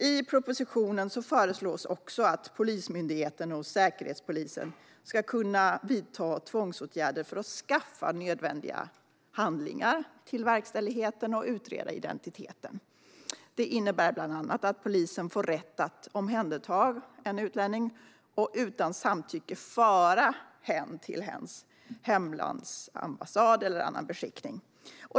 I propositionen föreslås också att Polismyndigheten och Säkerhetspolisen ska kunna vidta tvångsåtgärder för att skaffa nödvändiga handlingar för verkställigheten och utreda identiteten. Det innebär bland annat att polisen får rätt att omhänderta en utlänning och utan samtycke föra hen till hens hemlandsambassad eller annan beskickning.